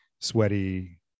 sweaty